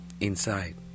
inside